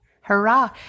Hurrah